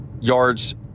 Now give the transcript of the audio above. yards